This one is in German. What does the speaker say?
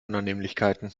unannehmlichkeiten